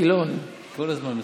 כל הזמן.